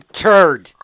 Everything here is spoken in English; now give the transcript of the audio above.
turd